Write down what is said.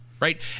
right